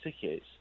tickets